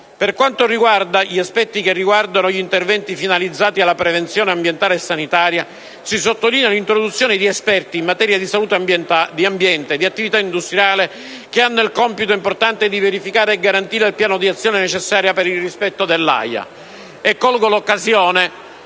Per quanto concerne gli aspetti che riguardano gli interventi finalizzati alla prevenzione ambientale e sanitaria, si sottolinea l'introduzione di esperti in materia di salute, ambiente e attività industriale, che hanno il compito importante di verificare e garantire il piano di azioni necessarie per il rispetto dell'AIA.